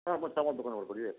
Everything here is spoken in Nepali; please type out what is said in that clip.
म चामल दोकानबाट बोलिरहेको छु